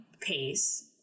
pace